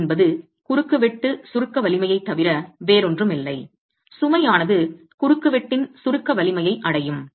Pu என்பது குறுக்குவெட்டு சுருக்க வலிமையைத் தவிர வேறொன்றுமில்லை சுமை ஆனது குறுக்குவெட்டின் சுருக்க வலிமையை அடையும்